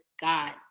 God